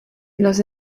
los